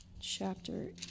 chapter